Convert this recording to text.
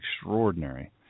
extraordinary